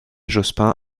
jospin